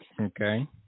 Okay